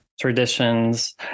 traditions